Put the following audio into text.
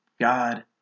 God